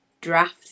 drafts